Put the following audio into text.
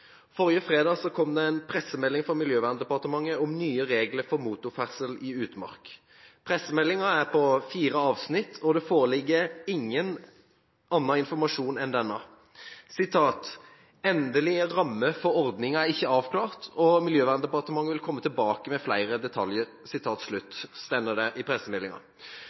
Forrige fredag kom det en pressemelding fra Miljøverndepartementet om nye regler for motorferdsel i utmark. Pressemeldingen er på fire avsnitt, og det foreligger ingen annen informasjon enn denne. Jeg siterer fra pressemeldingen: «Dei endelege rammene for ordninga er ikkje avklart, og Miljøverndepartementet vil kome attende med fleire detaljar». Jeg må si at det